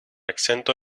exento